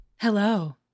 hello